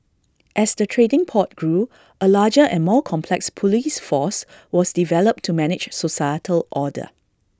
as the trading port grew A larger and more complex Police force was developed to manage societal order